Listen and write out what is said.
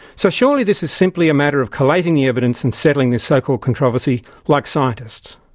so surely, this is simply a matter of collating the evidence and settling this so-called controversy like scientists!